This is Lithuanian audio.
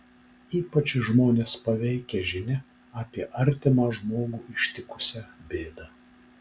ypač žmones paveikia žinia apie artimą žmogų ištikusią bėdą